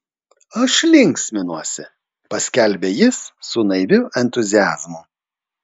aš linksminuosi paskelbė jis su naiviu entuziazmu